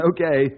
Okay